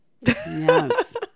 Yes